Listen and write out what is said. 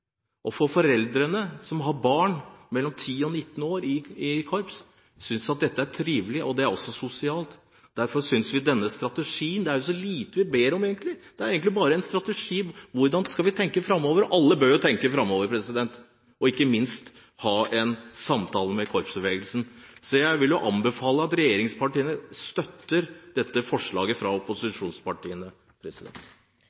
en hobby. Foreldre som har barn i alderen 10–19 år i korps, synes at dette er trivelig og sosialt. Det er jo egentlig så lite vi ber om. Vi ber om en strategi for hvordan vi skal tenke framover. Alle bør jo tenke framover og ikke minst ha en samtale med korpsbevegelsen. Jeg vil anbefale at regjeringspartiene støtter